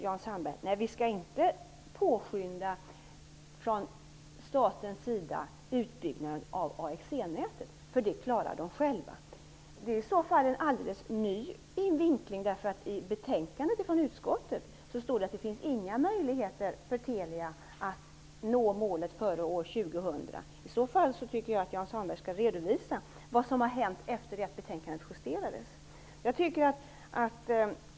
Jan Sandberg säger att staten inte skall påskynda utbyggnaden av AXE-nätet därför att de inblandade klarar det själva. Det är en alldeles ny vinkling. I utskottets betänkande står det att det inte finns några möjligheter för Telia att nå målet före år 2000. Jag tycker att Jan Sandberg skall redovisa vad som har hänt efter det att betänkandet justerades.